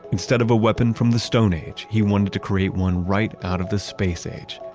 instead of a weapon from the stone age, he wanted to create one right out of the space age,